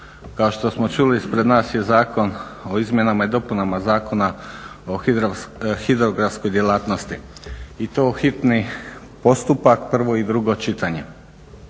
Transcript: kao što smo čuli ispred nas je Zakon o izmjenama i dopunama Zakona o hidrografskoj djelatnosti i to hitni postupak, prvo i drugo čitanje.